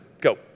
go